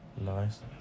Nice